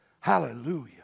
Hallelujah